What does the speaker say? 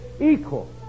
equal